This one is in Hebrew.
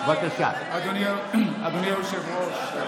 אדוני היושב-ראש,